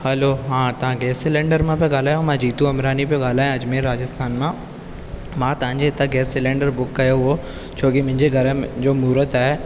hello हा तव्हां gas cylinder मां पिया ॻाल्हायो मां जितू अमरानी पियो ॻाल्हायां अजमेर राजस्थान मां मां तव्हांजे हितां गैस सिलेंडर बुक कयो हो छोकी मुंहिंजे घर जो मुहरत आहे